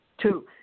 Two